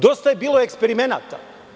Dosta je bilo eksperimenata.